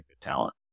talent